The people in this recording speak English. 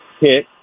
hit